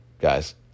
guys